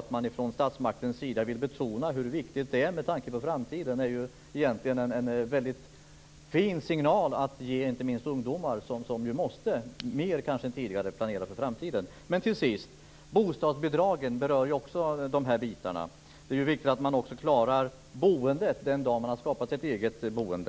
Att man från statsmakten sida vill betona hur viktigt det är med tanke på framtiden är egentligen en väldigt fin signal att ge inte minst ungdomar, som ju kanske mer än tidigare måste planera för framtiden. Till sist vill jag fråga om bostadsbidragen. De berör ju också de här bitarna. Det är viktigt att man också klarar sitt boende den dag man har skapat sig ett eget sådant.